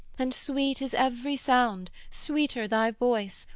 and sweet is every sound, sweeter thy voice,